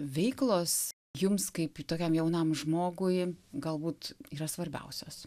veiklos jums kaip tokiam jaunam žmogui galbūt yra svarbiausios